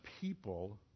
people